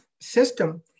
system